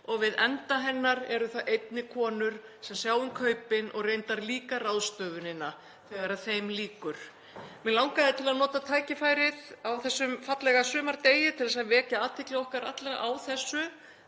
og við enda hennar eru það einnig konur sem sjá um kaupin og reyndar líka ráðstöfunina þegar þeim lýkur. Mig langaði til að nota tækifærið á þessum fallega sumardegi til að vekja athygli okkar allra á þessu.